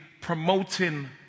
promoting